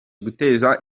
guteza